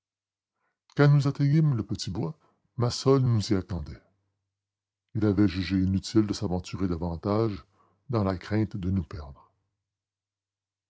nous atteignîmes ce bois massol nous y attendait il avait jugé inutile de s'aventurer davantage dans la crainte de nous perdre